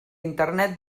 internet